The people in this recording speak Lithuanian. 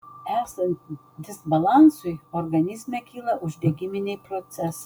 esant disbalansui organizme kyla uždegiminiai procesai